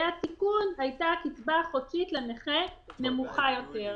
התיקון הייתה הקצבה החודשית לנכה נמוכה יותר".